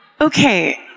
Okay